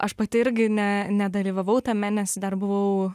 aš pati irgi ne nedalyvavau tame nes dar buvau